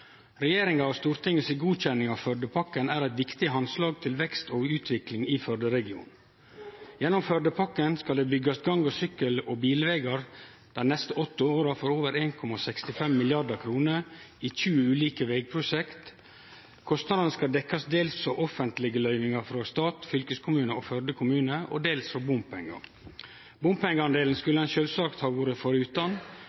Regjeringa og Stortinget si godkjenning av Førdepakken er eit viktig handslag til vekst og utvikling i Førde-regionen. Gjennom Førdepakken skal det byggjast gang-, sykkel- og bilvegar dei neste åtte åra for over 1,65 mrd. kr i 20 ulike vegprosjekt. Kostnadene skal dekkjast dels av offentlege løyvingar frå staten, fylkeskommunen og Førde kommune og dels frå bompengar.